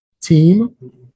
team